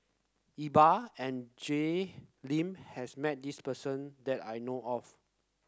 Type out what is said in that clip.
Iqbal and Jay Lim has met this person that I know of